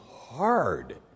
hard